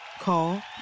Call